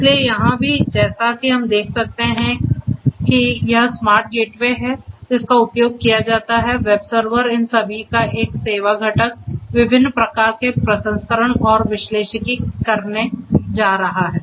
इसलिए यहां भी जैसा कि हम देख सकते हैं कि यह स्मार्ट गेटवे है जिसका उपयोग किया जाता है वेब सर्वर इन सभी का एक सेवा घटक विभिन्न प्रकार के प्रसंस्करण और विश्लेषिकी करने जा रहा है